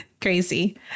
crazy